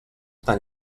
tan